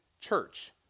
church